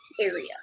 area